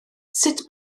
sut